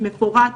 מפורט,